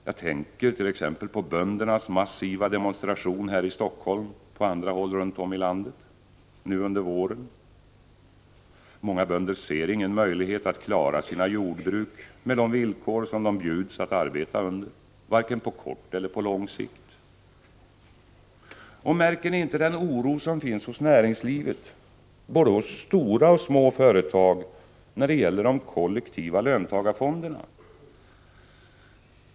Jag tänker t.ex. på böndernas massiva demonstration här i Stockholm och på andra håll runt om i landet nu under våren. Många bönder ser ingen möjlighet att klara sina jordbruk med de villkor som de bjuds att arbeta under — varken på kort eller lång sikt. Märker ni inte den oro som finns hos näringslivet, både hos små och stora företag, när det gäller de kollektiva löntagarfonderna?